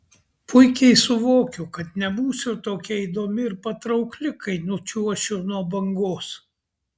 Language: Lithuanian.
puikiai suvokiu kad nebūsiu tokia įdomi ir patraukli kai nučiuošiu nuo bangos